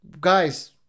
guys